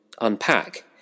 unpack